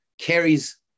carries